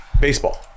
Baseball